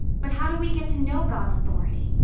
but how do we get to know god's authority?